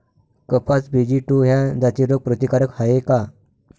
कपास B G two ह्या जाती रोग प्रतिकारक हाये का?